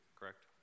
correct